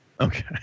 Okay